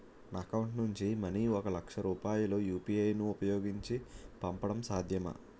నా అకౌంట్ నుంచి మనీ ఒక లక్ష రూపాయలు యు.పి.ఐ ను ఉపయోగించి పంపడం సాధ్యమా?